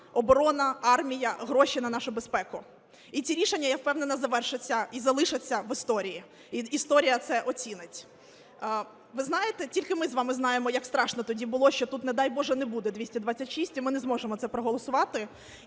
оборона, армія, гроші на нашу безпеку. І ці рішення, я впевнена, завершаться і залишаться в історії, і історія це оцінить. Ви знаєте, тільки ми з вами знаємо, як страшно тоді було, що тут, не дай боже, не буде 226 і ми не зможемо це проголосувати,